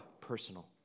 personal